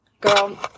Girl